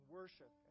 worship